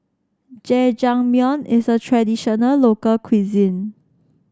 Jajangmyeon is a traditional local cuisine